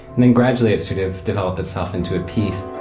and then gradually it sort of developed itself into a piece.